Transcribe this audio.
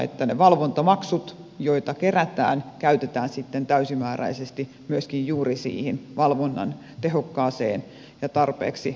että ne valvontamaksut joita kerätään käytetään sitten myöskin täysimääräisesti juuri siihen valvonnan tehokkaaseen ja tarpeeksi vahvaan toteuttamiseen